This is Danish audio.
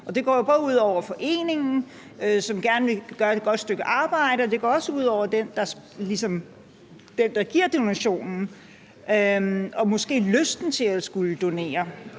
det går jo både ud over foreningen, som gerne vil gøre et godt stykke arbejde, og også ud over den, der giver donationen, og måske lysten til at skulle donere.